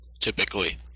typically